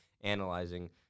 analyzing